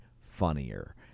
funnier